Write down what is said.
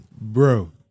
bro